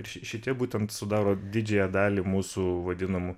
ir ši šitie būtent sudaro didžiąją dalį mūsų vadinamų